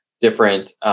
different